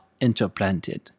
interplanted